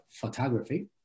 photography